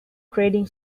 trading